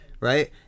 right